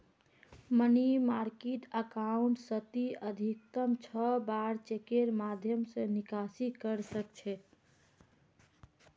money market account स ती अधिकतम छह बार चेकेर माध्यम स निकासी कर सख छ